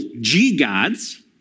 G-gods